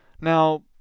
now